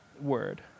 word